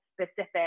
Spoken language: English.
specific